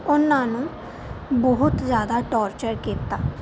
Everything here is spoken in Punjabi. ਉਹਨਾਂ ਨੂੰ ਬਹੁਤ ਜ਼ਿਆਦਾ ਟੋਰਚਰ ਕੀਤਾ